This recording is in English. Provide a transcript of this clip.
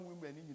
women